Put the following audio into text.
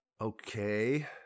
Okay